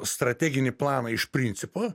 strateginį planą iš principo